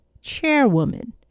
chairwoman